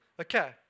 Okay